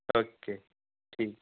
okay ਠੀਕ ਆ